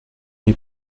nei